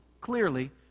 clearly